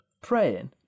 praying